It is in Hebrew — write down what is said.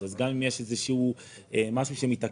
אז גם אם יש משהו שמתעכב,